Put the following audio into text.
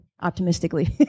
optimistically